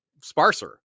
sparser